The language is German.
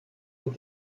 und